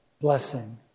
blessing